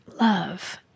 love